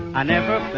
i never